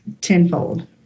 tenfold